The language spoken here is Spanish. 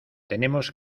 tenemos